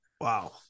wow